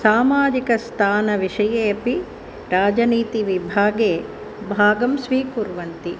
सामाजिकस्थानविषये अपि राजनीतिविभागे भागं स्वीकुर्वन्ति